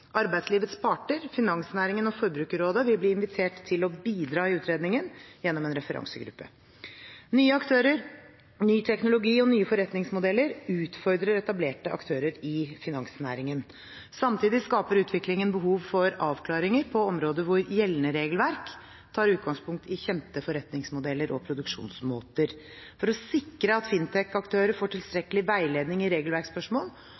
Arbeidslivets parter, finansnæringen og Forbrukerrådet vil bli invitert til å bidra i utredningen gjennom en referansegruppe. Nye aktører, ny teknologi og nye forretningsmodeller utfordrer etablerte aktører i finansnæringen. Samtidig skaper utviklingen behov for avklaringer på områder der gjeldende regelverk tar utgangspunkt i kjente forretningsmodeller og produksjonsmåter. For å sikre at fintech-aktører får tilstrekkelig veiledning i regelverksspørsmål,